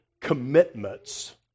commitments